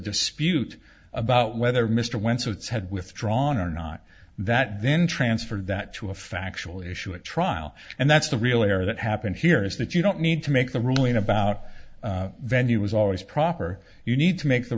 dispute about whether mr wentz its had withdrawn or not that then transferred that to a factual issue at trial and that's the real error that happened here is that you don't need to make the ruling about venue was always proper you need to make the